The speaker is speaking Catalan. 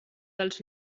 dels